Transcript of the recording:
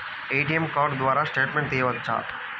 ATM card ద్వారా statement తీయవచ్చా?